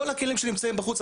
כל הכלים שנמצאים בחוץ,